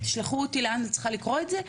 תשלחו אותי לאן אני צריכה לקרוא את זה,